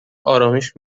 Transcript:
آرامش